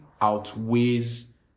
outweighs